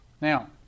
Now